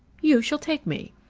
you shall take me.